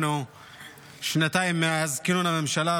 אנחנו שנתיים מאז כינון הממשלה,